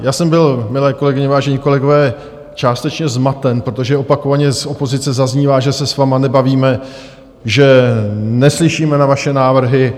Já jsem byl, milé kolegyně, vážení kolegové, částečně zmaten, protože opakovaně z opozice zaznívá, že se s vámi nebavíme, že neslyšíme na vaše návrhy.